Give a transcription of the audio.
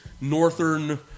Northern